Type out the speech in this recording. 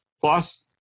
Plus